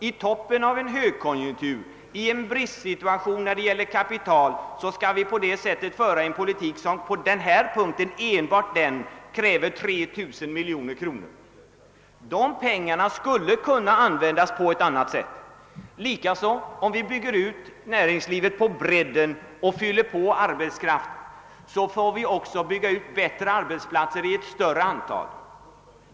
I toppen av en högkonjunktur och i en situation där det råder brist på kapital skall vi alltså föra en politik som enbart på det här området kräver 3 000 miljoner kronor. Dessa pengar skulle kunna användas på ett annat och bättre sätt. Om vi bygger ut näringslivet på bredden och ökar arbetskraften måste vi också bygga fler arbetsplatser.